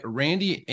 randy